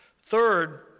Third